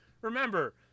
remember